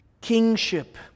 kingship